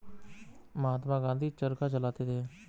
महात्मा गांधी चरखा चलाते थे